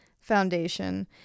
foundation